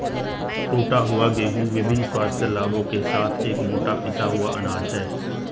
टूटा हुआ गेहूं विभिन्न स्वास्थ्य लाभों के साथ एक मोटा पिसा हुआ अनाज है